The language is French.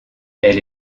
elle